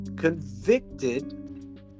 convicted